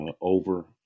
over